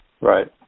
Right